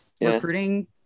recruiting